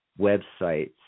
websites